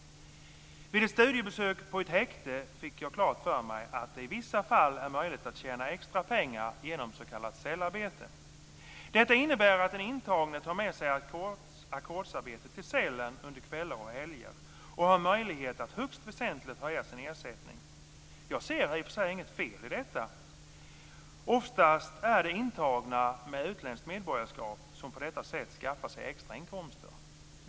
Vid ett studiebesök på ett häkte fick jag klart för mig att det i vissa fall är möjligt att tjäna extra pengar genom s.k. cellarbete. Detta innebär att den intagne tar med sig ackordsarbete till cellen och under kvällar och helger har möjlighet att högst väsentligt höja sin ersättning. Jag ser i och för sig inget fel i detta. Oftast är det intagna med utländskt medborgarskap som på detta sätt skaffar sig extra inkomster.